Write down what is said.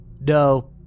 No